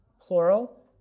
Plural